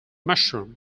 mushroom